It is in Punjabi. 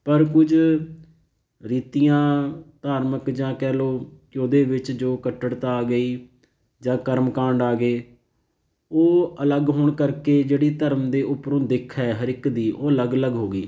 ਪਰ ਕੁਝ ਰੀਤੀਆਂ ਧਾਰਮਿਕ ਜਾਂ ਕਹਿ ਲਉ ਕਿ ਉਹਦੇ ਵਿੱਚ ਜੋ ਕੱਟੜਤਾ ਆ ਗਈ ਜਾਂ ਕਰਮਕਾਂਡ ਆ ਗਏ ਉਹ ਅਲੱਗ ਹੋਣ ਕਰਕੇ ਜਿਹੜੀ ਧਰਮ ਦੇ ਉੱਪਰੋਂ ਦਿਖ ਹੈ ਹਰ ਇੱਕ ਦੀ ਉਹ ਅਲੱਗ ਅਲੱਗ ਹੋ ਗਈ